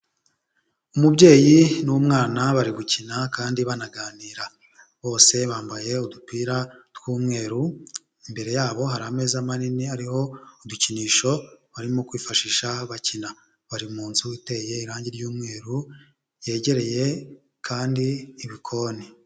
Umubyeyi n'umwana bari gukina kandi banaganira, bose bambaye udupira tw'umweru, imbere yabo hari ameza manini ariho udukinisho, barimo kwifashisha bakina, bari mu nzu iteye irange ry'umweru yegereye kandi ibikoni.